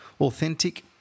authentic